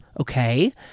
okay